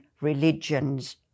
religions